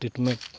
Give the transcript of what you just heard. treatment